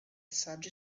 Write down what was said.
saggi